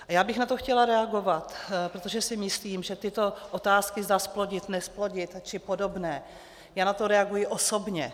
A já bych na to chtěla reagovat, protože si myslím, že tyto otázky, zda zplodit, nezplodit či podobné, já na to reaguji osobně.